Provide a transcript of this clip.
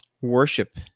worship